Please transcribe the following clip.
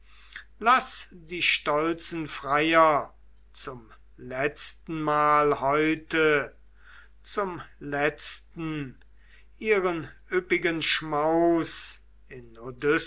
laß die stolzen freier zum letztenmal heute zum letzten ihren üppigen schmaus in